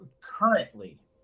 Currently